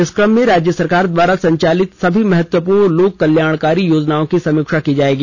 इस क्रम में राज्य सरकार द्वारा संचालित सभी महत्वपूर्ण लोक कल्याणकारी योजनाओं की समीक्षा की जायेगी